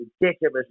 ridiculous